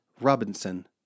Robinson